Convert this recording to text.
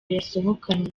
yasohokanye